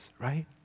right